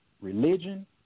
religion